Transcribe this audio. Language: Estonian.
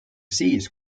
siis